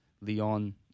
Leon